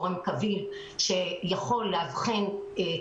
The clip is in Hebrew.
אחר כדי שיאבחן.